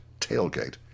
tailgate